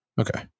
Okay